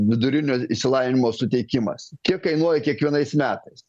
vidurinio išsilavinimo suteikimas kiek kainuoja kiekvienais metais